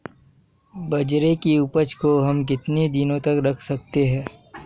बाजरे की उपज को हम कितने दिनों तक रख सकते हैं?